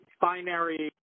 binary